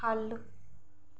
ख'ल्ल